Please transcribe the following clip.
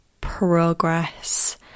progress